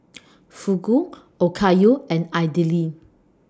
Fugu Okayu and Idili